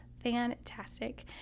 Fantastic